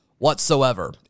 whatsoever